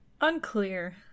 unclear